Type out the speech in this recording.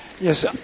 Yes